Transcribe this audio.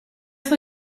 ska